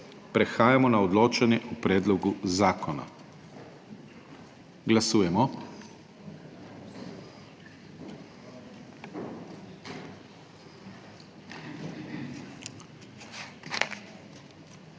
prehajamo na odločanje o predlogu zakona. Glasujemo.